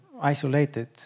isolated